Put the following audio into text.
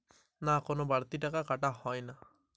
UPI দিয়ে কোন টাকা পাঠাতে গেলে কোন বারতি টাকা কি কাটা হয়?